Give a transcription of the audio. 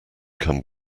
come